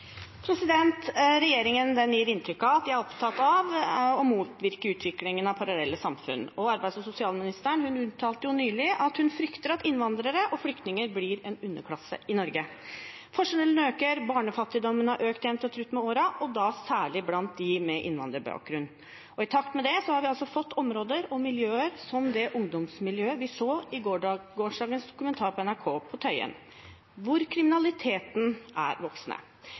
gir inntrykk av å være opptatt av å motvirke utviklingen av parallelle samfunn, og arbeids- og sosialministeren uttalte nylig at hun frykter at innvandrere og flyktninger blir en underklasse i Norge. Forskjellene øker, barnefattigdommen har økt jevnt og trutt med årene, og da særlig blant dem med innvandrerbakgrunn. I takt med det har vi altså fått områder og miljøer som det ungdomsmiljøet vi så i gårsdagens kommentar på NRK på Tøyen, hvor kriminaliteten er